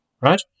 right